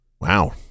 Wow